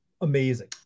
amazing